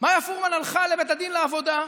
מאיה פורמן הלכה לבית הדין לעבודה,